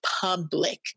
public